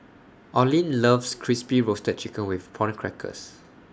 Olene loves Crispy Roasted Chicken with Prawn Crackers